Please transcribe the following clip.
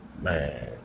Man